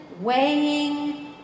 weighing